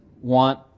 want